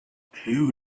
two